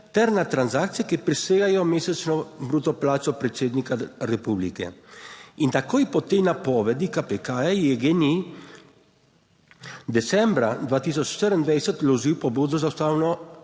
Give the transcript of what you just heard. ter na transakcije, ki presegajo mesečno bruto plačo predsednika republike. In takoj po tej napovedi KPK je GEN-I decembra 2024 vložil pobudo za Ustavno,